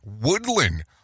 Woodland